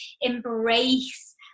embrace